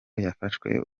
yafashwe